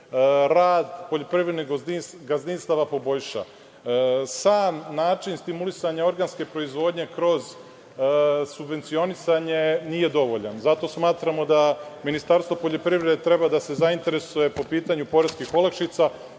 rad poljoprivrednih gazdinstava poboljša. Sam način stimulisanja organske proizvodnje kroz subvencionisanje nije dovoljan. Zato smatramo da Ministarstvo poljoprivrede treba da se zainteresuje po pitanju poreskih olakšica,